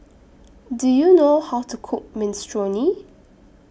Do YOU know How to Cook Minestrone